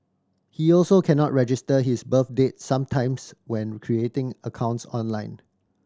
he also cannot register his birth date sometimes when creating accounts online